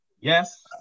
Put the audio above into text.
Yes